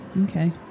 okay